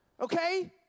okay